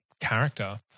character